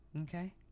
okay